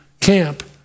camp